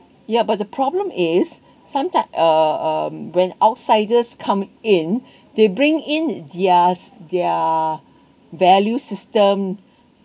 yeah but the problem is sometimes uh uh when outsiders come in they bring in the theirs their value system